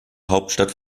hauptstadt